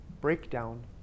breakdown